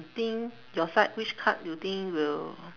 think your side which card do you think will